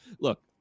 Look